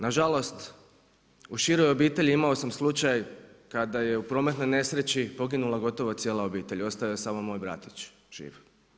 Nažalost, u široj obitelji imao sam slučaj kada je u prometnoj nesreći poginula gotovo cijela obitelj, ostao je samo moj bratić živ.